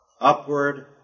upward